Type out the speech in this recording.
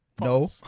no